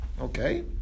okay